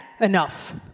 enough